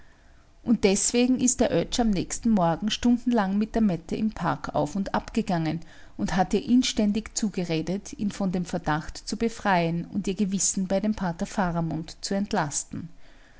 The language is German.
und deswegen ist der oetsch am nächsten morgen stundenlang mit der mette im park auf und ab gegangen und hat ihr inständig zugeredet ihn von dem verdacht zu befreien und ihr gewissen bei dem pater faramund zu entlasten